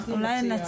אנחנו נציע.